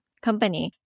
company